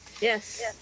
Yes